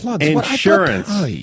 Insurance